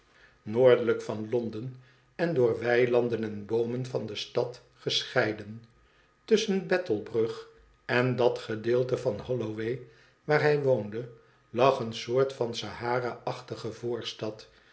noordelijk van londen en door weilanden en boomen van de stad gescheiden tusschen battle brug en dat gedeelte van holloway waar hij woonde lag een soort van sahara achtige voorstad waar